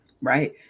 Right